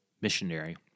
missionary